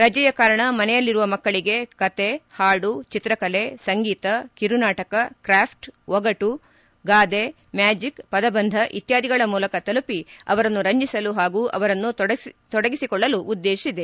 ರಜೆಯ ಕಾರಣ ಮನೆಯಲ್ಲಿರುವ ಮಕ್ಕಳಿಗೆ ಕತೆ ಹಾಡು ಚಿತ್ರ ಕಲೆ ಸಂಗೀತ ಕಿರು ನಾಟಕ ಕ್ರಾಫ್ಟ್ ಒಗಟು ಗಾದೆ ಮ್ಯಾಜಿಕ್ ಪದಬಂಧ ಇತ್ಯಾದಿಗಳ ಮೂಲಕ ತಲುಪಿ ಅವರನ್ನು ರಂಜಿಸಲು ಪಾಗೂ ಅವರನ್ನು ತೊಡಗಿಸಿಕೊಳ್ಳಲು ಉದ್ದೇಶಿಸಿದೆ